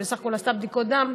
שבסך הכול עשתה בדיקות דם,